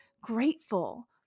grateful